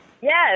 Yes